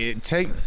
Take